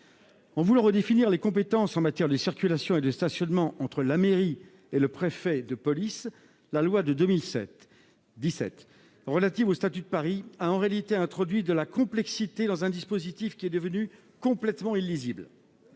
En voulant redéfinir les compétences en matière de circulation et de stationnement entre la mairie et le préfet de police, la loi du 28 février 2017 relative au statut de Paris et à l'aménagement métropolitain a en réalité introduit de la complexité dans un dispositif devenu complètement illisible.